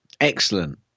Excellent